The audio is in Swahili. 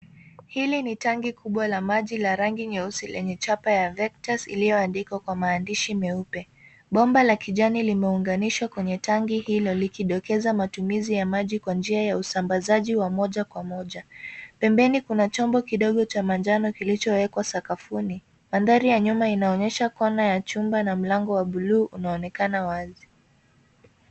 Hili ni tangi kubwa la maji la rangi nyeusi lenye chapa ya Vectus iliyoaandikwa kwa maandishi meupe. Bomba la kijani limeunganishwa kwenye tangi hili likidokeza matumizi ya maji kwa njia ya usambazaji wa moja kwa moja. Pembeni kuna chomba kidogo cha manjano kilichowekwa sakafuni. Mandhari ya nyuma inaonyesha kona ya chumba na mlango wa buluu unaonekana wazi.